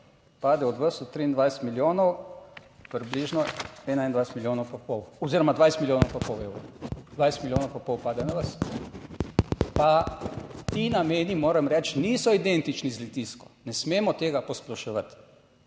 pade od vas od 23 milijonov približno 21 milijonov pa pol oziroma 20 milijonov pa pol evrov, 20 milijonov pa pol pade na vas. Pa ti nameni, moram reči, niso identični z Litijsko, ne smemo tega posploševati.